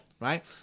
Right